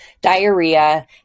diarrhea